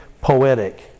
poetic